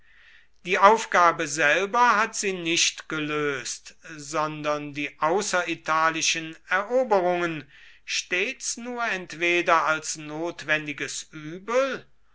die aufgabe selber hat sie nicht gelöst sondern die außeritalischen eroberungen stets nur entweder als notwendiges übel